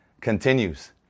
continues